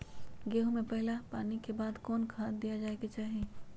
गेंहू में पहिला पानी के बाद कौन खाद दिया के चाही?